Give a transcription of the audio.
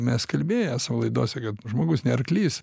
mes kalbėję esam laidose kad žmogus ne arklys